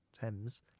Thames